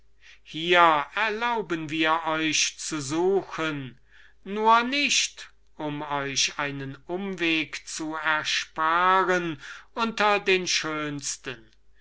könnet hier erlauben wir euch zu suchen nur nicht um euch einen umweg zu ersparen unter den schönsten